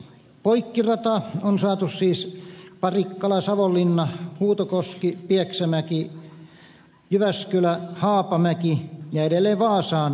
poikkirata on saatu kuntoon siis väleillä parikkalasavonlinna huutokoskipieksämäki jyväskylähaapamäki ja edelleen vaasaan